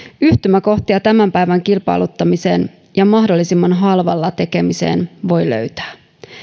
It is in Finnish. yhtymäkohtia tämän päivän kilpailuttamiseen ja mahdollisimman halvalla tekemiseen voi löytää